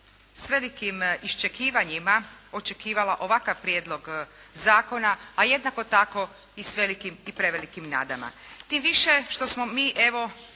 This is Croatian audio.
s velikim iščekivanjima očekivala ovakav prijedlog zakona, a jednako tako i s velikim i prevelikim nadama. Tim više što smo mi evo,